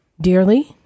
dearly